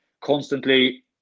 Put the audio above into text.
constantly